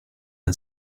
and